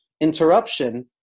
interruption